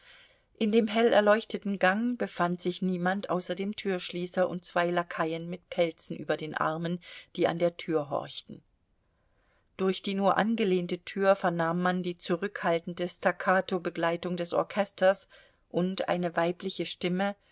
in dem hell erleuchteten gang befand sich niemand außer dem türschließer und zwei lakaien mit pelzen über den armen die an der tür horchten durch die nur angelehnte tür vernahm man die zurückhaltende stakkato begleitung des orchesters und eine weibliche stimme